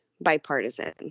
bipartisan